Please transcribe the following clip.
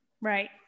Right